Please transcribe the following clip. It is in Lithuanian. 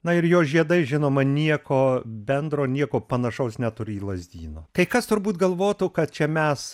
na ir jo žiedai žinoma nieko bendro nieko panašaus neturi į lazdyno kai kas turbūt galvotų kad čia mes